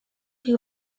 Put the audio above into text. ich